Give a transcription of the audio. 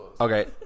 okay